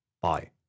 Bye